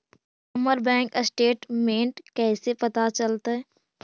हमर bank statement कैसे पता चलतै?